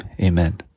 amen